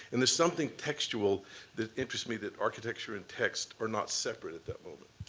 and there's something textual that interests me that architecture and text are not separate at that moment.